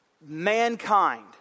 mankind